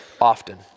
often